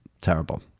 terrible